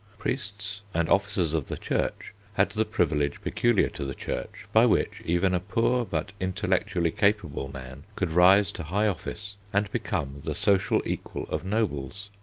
priests and officers of the church had the privilege peculiar to the church by which even a poor but intellectually capable man could rise to high office and become the social equal of nobles.